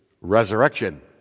resurrection